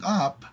up